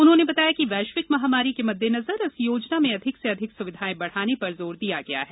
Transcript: उन्होंने बताया कि वैश्विक महामारी के मद्देनजर इस योजना में अधिक से अधिक सुविधाएं बढाने पर जोर दिया गया है